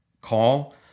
Call